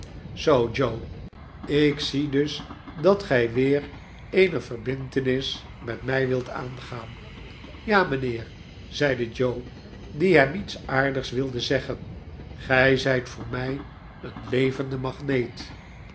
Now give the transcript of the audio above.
zoo joe ik zie dus dat gij weer eeneverbintenis met mij wilt aangaan ja mijnheer zeide joe die hem iets aardigs wilde zeggen gij zijt voor mij een levende magneet